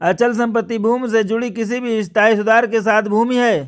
अचल संपत्ति भूमि से जुड़ी किसी भी स्थायी सुधार के साथ भूमि है